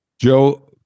Joe